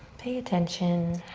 pay attention